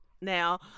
Now